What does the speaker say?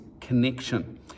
Connection